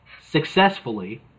successfully